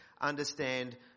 understand